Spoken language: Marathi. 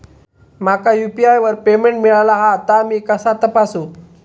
माका यू.पी.आय वर पेमेंट मिळाला हा ता मी कसा तपासू?